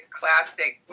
classic